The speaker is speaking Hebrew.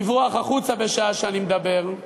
לברוח החוצה בזמן שאני מדבר,